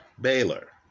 Baylor